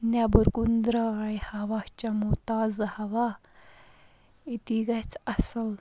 نیٚبر کُن درٛاے ہَوا چمو تازٕ ہَوا أتی گَژھِ اَصٕل